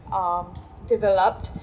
um developed